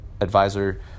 advisor